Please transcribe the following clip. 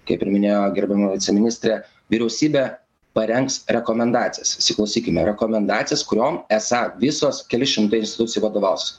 kaip ir minėjo gerbiama viceministrė vyriausybė parengs rekomendacijas įsiklausykime rekomendacijas kuriom esą visos kelis šimtai institucijų vadovaus